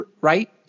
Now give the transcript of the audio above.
right